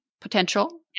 potential